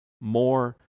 more